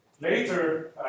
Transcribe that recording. Later